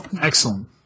Excellent